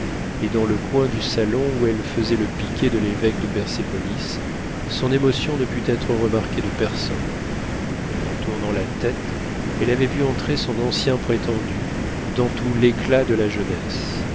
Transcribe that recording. et dans le coin du salon où elle faisait le piquet de l'évêque de persépolis son émotion ne put être remarquée de personne en tournant la tête elle avait vu entrer son ancien prétendu dans tout l'éclat de la jeunesse